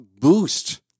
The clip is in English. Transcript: boost